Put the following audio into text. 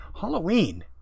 Halloween